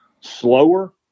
slower